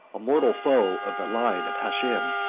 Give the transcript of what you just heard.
a mortal foe of the line of hashem,